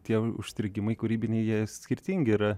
tie užstrigimai kūrybiniai jie skirtingi yra